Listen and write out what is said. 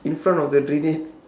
in front of the drainage